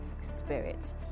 Spirit